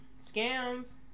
scams